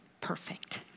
perfect